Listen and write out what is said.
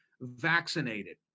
vaccinated